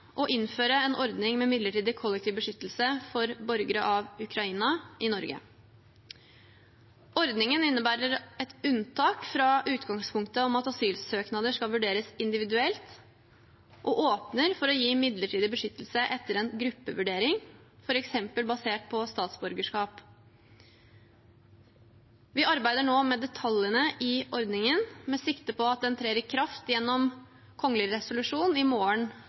å innføre en ordning med midlertidig kollektiv beskyttelse for borgere av Ukraina i Norge. Ordningen innebærer et unntak fra utgangspunktet om at asylsøknader skal vurderes individuelt, og åpner for å gi midlertidig beskyttelse etter en gruppevurdering, f.eks. basert på statsborgerskap. Vi arbeider nå med detaljene i ordningen, med sikte på at den trer i kraft gjennom kongelig resolusjon i morgen,